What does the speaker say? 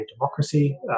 democracy